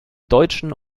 deutschen